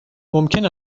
ممکن